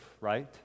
right